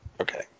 okay